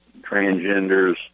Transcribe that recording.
transgenders